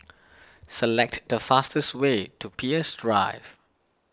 select the fastest way to Peirce Drive